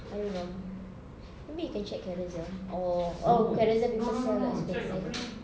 I don't know maybe you can check carousell or oh carousell people sell the express